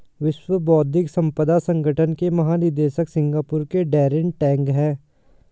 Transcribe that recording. विश्व बौद्धिक संपदा संगठन के महानिदेशक सिंगापुर के डैरेन टैंग हैं